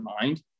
mind